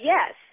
Yes